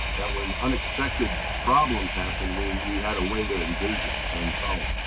that when unexpected problems happened, we we had a way to engage it and solve.